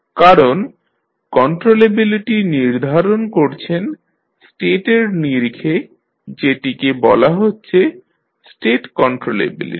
কারণ কন্ট্রোলেবিলিটি নির্ধারণ করছেন স্টেটের নিরিখে যেটিকে বলা হচ্ছে স্টেট কন্ট্রোলেবিলিটি